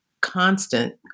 constant